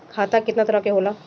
खाता केतना तरह के होला?